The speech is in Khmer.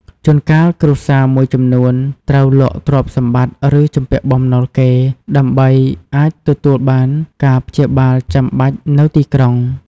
ជួនកាល គ្រួសារមួយចំនួនត្រូវលក់ទ្រព្យសម្បត្តិ ឬជំពាក់បំណុលគេ ដើម្បីអាចទទួលបានការព្យាបាលចាំបាច់នៅទីក្រុង។